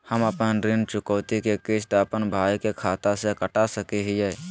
हम अपन ऋण चुकौती के किस्त, अपन भाई के खाता से कटा सकई हियई?